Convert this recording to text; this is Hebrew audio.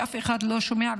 ואף אחד לא שומע?